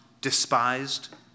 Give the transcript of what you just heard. despised